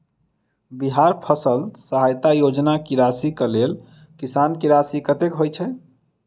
बिहार फसल सहायता योजना की राशि केँ लेल किसान की राशि कतेक होए छै?